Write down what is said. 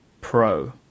Pro